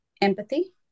empathy